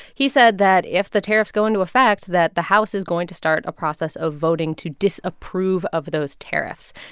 he said that if the tariffs go into effect, that the house is going to start a process of voting to disapprove of those tariffs.